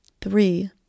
three